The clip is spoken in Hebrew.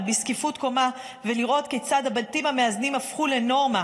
בזקיפות קומה ולראות כיצד הבתים המאזנים הפכו לנורמה,